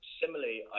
similarly